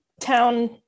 town